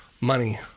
money